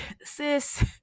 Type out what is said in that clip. sis